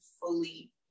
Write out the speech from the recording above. fully